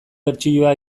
bertsioa